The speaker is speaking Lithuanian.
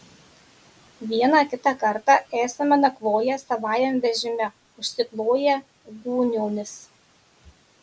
vieną kitą kartą esame nakvoję savajam vežime užsikloję gūniomis